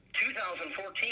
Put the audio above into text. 2014